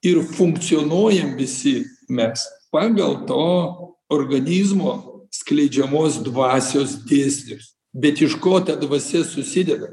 ir funkcionuojam visi mes pagal to organizmo skleidžiamos dvasios dėsnius bet iš ko ta dvasia susideda